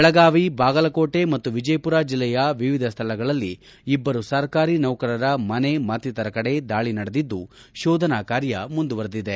ಬೆಳಗಾವಿ ಬಾಗಲಕೋಟೆ ಮತ್ತು ವಿಜಯಪುರ ಜಿಲ್ಲೆಯ ವಿವಿಧ ಸ್ಥಳಗಳಲ್ಲಿ ಇಬ್ಬರು ಸರ್ಕಾರಿ ನೌಕರರ ಮನೆ ಮತ್ತಿತರ ಕಡೆ ದಾಳಿ ನಡೆದಿದ್ದು ಶೋಧನಾ ಕಾರ್ಯ ಮುಂದುವರೆದಿದೆ